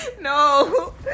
No